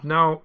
Now